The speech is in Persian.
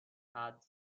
حدس